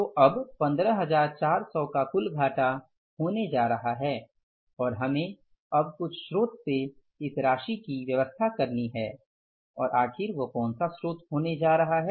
तो अब 15400 का कुल घाटा होने जा रहा है और हमें अब कुछ स्रोत से इस राशि की व्यवस्था करनी है और आखिर वो कौन सा स्रोत होने जा रहा है